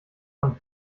von